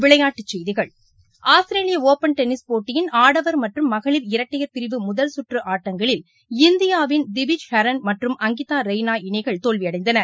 விளையாட்டுச் செய்திகள் ஆஸ்திரேலிய ஓபள் டென்னிஸ் போட்டியின் ஆடவர் மற்றம் மகளிர் இரட்டையர் பிரிவு முதல் கற்று ஆட்டங்களில் இந்தியாவின் திவிச் சரண் மற்றும் அங்கிதா ரெய்னா இணைகள் தோல்வியடைந்தன